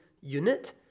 Unit